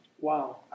Wow